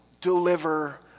Deliver